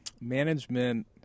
management